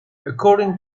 according